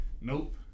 Nope